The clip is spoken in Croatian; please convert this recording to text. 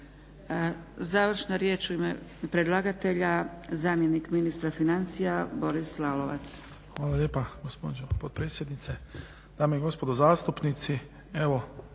Završna riječ, u ime predlagatelja zamjenik ministra financija Boris Lalovac.